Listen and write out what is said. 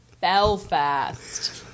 Belfast